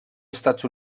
estats